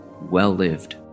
well-lived